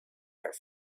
her